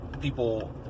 people